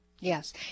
Yes